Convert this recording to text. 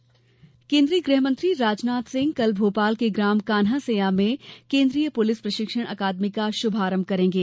राजनाथ सिंह केन्द्रीय गृह मंत्री राजनाथ सिंह कल भोपाल के ग्राम कान्हासैया में केन्द्रीय पुलिस प्रशिक्षण अकादमी का शुभारंभ करेंगे